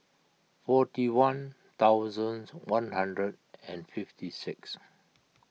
forty one thousand one hundred and fifty six